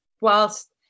whilst